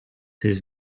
his